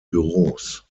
büros